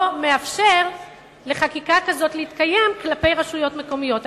מאפשר לחקיקה כזאת להתקיים כלפי רשויות מקומיות.